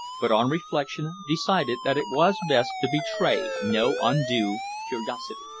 but on reflection decided that it was best to betray no undue curiosity.